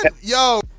yo